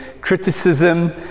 Criticism